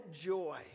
joy